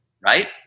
right